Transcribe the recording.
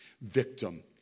victim